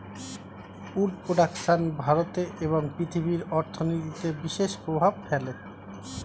would production ভারতে এবং পৃথিবীর অর্থনীতিতে বিশেষ প্রভাব ফেলে